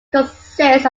consist